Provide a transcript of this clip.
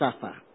suffer